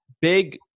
Big